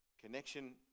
connection